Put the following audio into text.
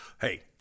Hey